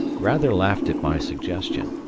rather laughed at my suggestion,